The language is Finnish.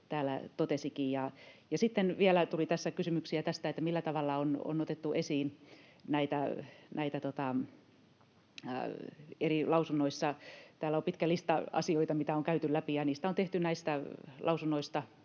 täällä totesikin. Sitten vielä tuli tässä kysymyksiä tästä, millä tavalla näitä on otettu esiin eri lausunnoissa. Täällä on pitkä lista asioita, mitä on käyty läpi, ja näistä lausunnoista